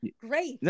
Great